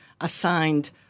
assigned